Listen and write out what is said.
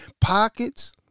pockets